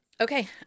okay